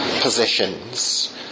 positions